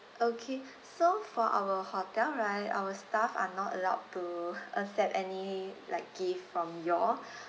okay so for our hotel right our staff are not allowed to accept any like gift from you all